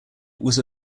was